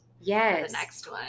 yes